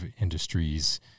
industries